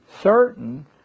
certain